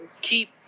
keep